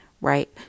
right